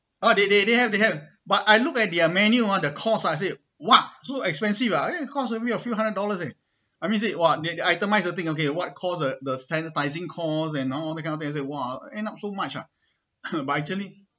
oh they they they have they have but I look at their menu ah the cost ah I say !wah! so expensive ah eh it costs a a few hundred dollars eh it let me see they itemised the thing okay what cost the sanitising cost and all that kind of thing !wah! end up so much ah but actually